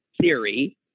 theory